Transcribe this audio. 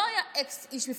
לא אקס איש מפלגת העבודה.